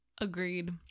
Agreed